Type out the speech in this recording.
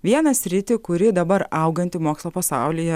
vieną sritį kuri dabar auganti mokslo pasaulyje